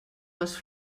les